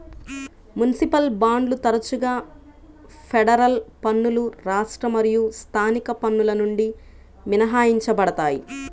municipal బాండ్లు తరచుగా federal పన్నులు రాష్ట్ర మరియు స్థానిక పన్నుల నుండి మినహాయించబడతాయి